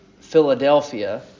Philadelphia